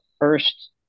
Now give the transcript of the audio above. first